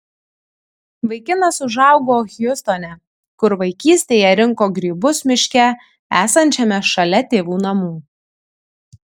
vaikinas užaugo hjustone kur vaikystėje rinko grybus miške esančiame šalia tėvų namų